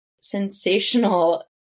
sensational